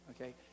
okay